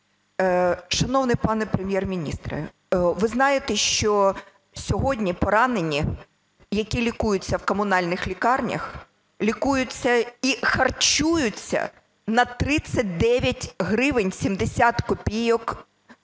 Шановний пане Прем'єр-міністре, ви знаєте, що сьогодні поранені, які лікуються в комунальних лікарнях, лікуються і харчуються на 39 гривень 70 копійок в день.